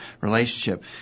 relationship